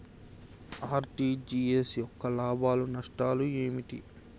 RTGS యొక్క లాభాలు నష్టాలు ఏమిటి?